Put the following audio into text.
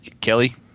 Kelly